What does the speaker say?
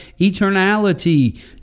eternality